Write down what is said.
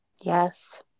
Yes